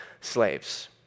slaves